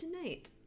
tonight